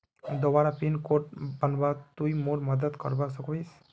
दोबारा pin code बनवात तुई मोर मदद करवा सकोहिस?